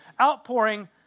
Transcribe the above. outpouring